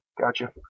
Gotcha